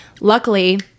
Luckily